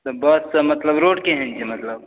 बससँ मतलब रोड केहन छै मतलब